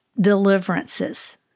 deliverances